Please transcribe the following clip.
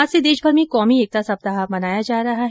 आज से देशमर में कौमी एकता सप्ताह मनाया जा रहा है